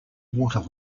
water